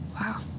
wow